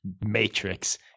Matrix